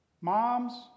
Moms